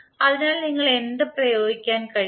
അതിനാൽ നിങ്ങൾക്ക് എന്ത് പ്രയോഗിക്കാൻ കഴിയും